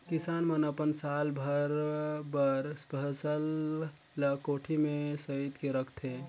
किसान मन अपन साल भर बर फसल ल कोठी में सइत के रखथे